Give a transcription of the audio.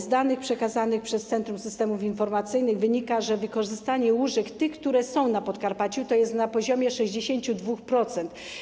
Z danych przekazanych przez centrum systemów informacyjnych wynika, że wykorzystanie łóżek, które są na Podkarpaciu, jest na poziomie 62%.